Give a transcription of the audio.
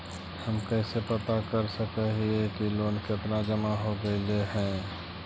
हम कैसे पता कर सक हिय की लोन कितना जमा हो गइले हैं?